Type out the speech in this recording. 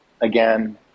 again